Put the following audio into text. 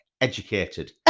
educated